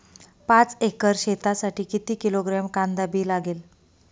पाच एकर शेतासाठी किती किलोग्रॅम कांदा बी लागेल?